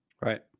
Right